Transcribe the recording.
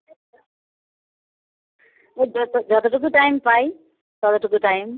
ওর যত যতটুকু টাইম পাই ততটুকু টাইম